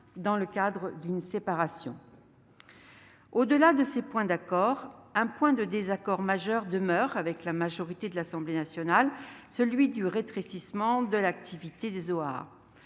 dans le cadre d'une séparation. Au-delà de ces points d'accord, un point de désaccord majeur demeure avec la majorité de l'Assemblée nationale : celui du rétrécissement de l'activité des OAA.